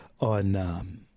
on